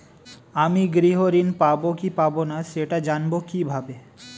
আমি গৃহ ঋণ পাবো কি পাবো না সেটা জানবো কিভাবে?